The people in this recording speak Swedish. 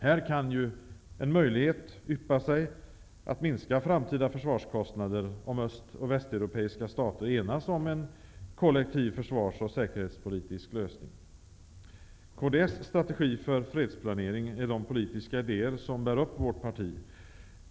Här kan en möjlighet yppa sig att minska framtida försvarskostnader om öst och västeuropeiska stater enas om en kollektiv försvarsoch säkerhetspolitisk lösning. Kds strategi för fredsplanering är de politiska ide er som bär upp vårt parti.